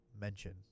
mention